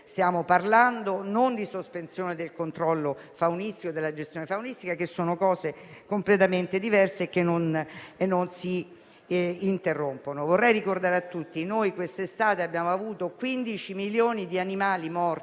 stiamo parlando di sospensione del controllo e della gestione faunistica, che sono misure completamente diverse che non vengono interrotte. Vorrei ricordare a tutti che noi quest'estate abbiamo avuto 15 milioni di animali morti